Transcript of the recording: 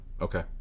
Okay